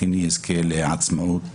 הוא עובר תהליך של שיקום,